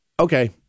Okay